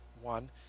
one